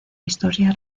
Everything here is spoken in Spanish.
historia